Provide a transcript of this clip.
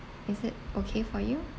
is it okay for you